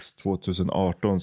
2018